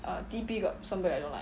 T_P got somebody I don't like